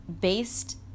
based